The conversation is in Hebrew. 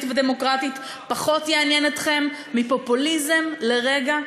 ודמוקרטית יעניין אתכם פחות מפופוליזם לרגע?